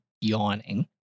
yawning